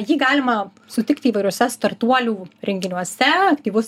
jį galima sutikti įvairiuose startuolių renginiuose aktyvus